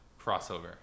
crossover